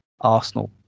Arsenal